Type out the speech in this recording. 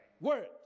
Word